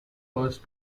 first